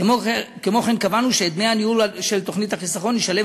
כמו כן קבענו שאת דמי הניהול של תוכנית החיסכון ישלם